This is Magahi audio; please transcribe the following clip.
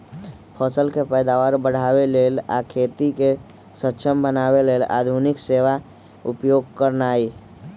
फसल के पैदावार बढ़ाबे लेल आ खेती के सक्षम बनावे लेल आधुनिक सेवा उपयोग करनाइ